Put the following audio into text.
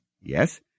Yes